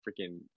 freaking